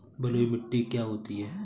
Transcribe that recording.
बलुइ मिट्टी क्या होती हैं?